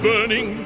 burning